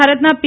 ભારતના પી